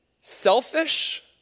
selfish